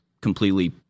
completely